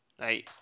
Right